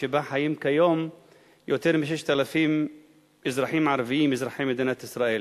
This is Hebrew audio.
שבה חיים כיום יותר מ-6,000 אזרחים ערבים אזרחי מדינת ישראל.